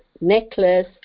necklace